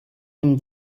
him